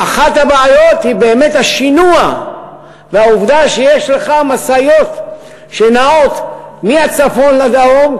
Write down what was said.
אחת הבעיות היא באמת השינוע והעובדה שיש לך משאיות שנעות מהצפון לדרום,